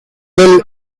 will